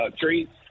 treats